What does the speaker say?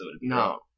No